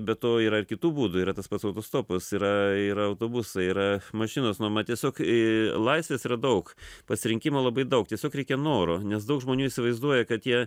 be to yra ir kitų būdų yra tas pats autostopas yra yra autobusai yra mašinos nuoma tiesiog į laisvės yra daug pasirinkimo labai daug tiesiog reikia noro nes daug žmonių įsivaizduoja kad jie